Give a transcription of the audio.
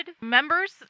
members